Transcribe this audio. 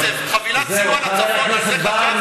הבטחתם כסף, חבילת סיוע לצפון, על זה דיווחת?